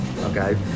okay